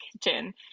kitchen